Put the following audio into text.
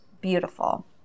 beautiful